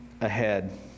ahead